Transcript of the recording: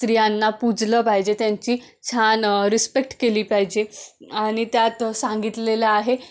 स्त्रियांना पूजलं पाहिजे त्यांची छान रिस्पेक्ट केली पाहिजे आणि त्यात सांगितलेलं आहे